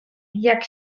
jak